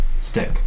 stick